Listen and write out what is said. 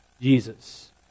Jesus